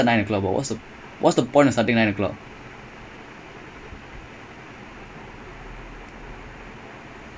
ah no அடுத்த நாள்:adutha naal no ya because nine o'clock for us we live so far away and it's just we wake up quite early